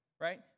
right